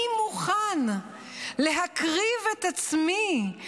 אני מוכן להקריב את עצמי,